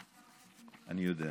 אני,